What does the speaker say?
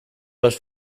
los